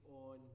on